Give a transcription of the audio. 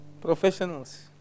Professionals